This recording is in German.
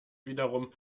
wiederum